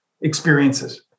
experiences